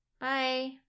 Bye